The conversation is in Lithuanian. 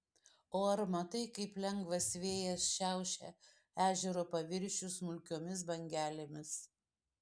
o ar matai kaip lengvas vėjas šiaušia ežero paviršių smulkiomis bangelėmis